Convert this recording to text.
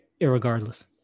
Irregardless